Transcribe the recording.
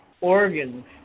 organs